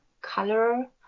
color